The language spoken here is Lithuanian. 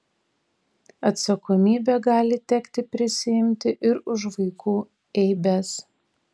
atsakomybę gali tekti prisiimti ir už vaikų eibes